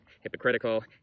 hypocritical